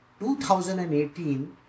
2018